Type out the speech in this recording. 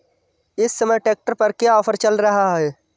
इस समय ट्रैक्टर पर क्या ऑफर चल रहा है?